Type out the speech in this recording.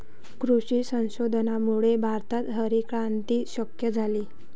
कृषी संशोधनामुळेच भारतात हरितक्रांती शक्य झाली